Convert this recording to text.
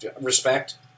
respect